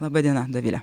laba diena dovile